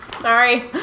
Sorry